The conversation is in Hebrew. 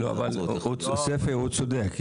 ספי, הוא צודק.